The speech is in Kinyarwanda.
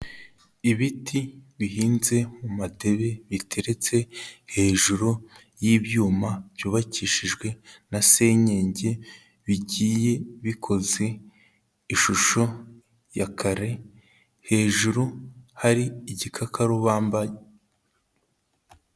Ibiti bihinze mu madebe biteretse hejuru y'ibyuma byubakishijwe na senyenge, bigiye bikoze ishusho ya kare, hejuru hari igikakarubamba.